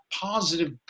positive